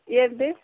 ಏನು ರೀ